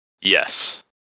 Yes